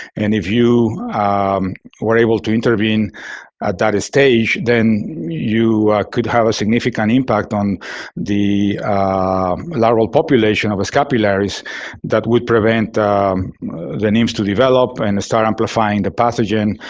and if you were able to intervene at that stage, then you could have a significant impact on the larval population of scapularis that would prevent the nymphs to develop and start amplifying the pathogen,